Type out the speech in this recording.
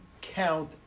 count